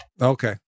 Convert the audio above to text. Okay